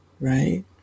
right